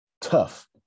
tough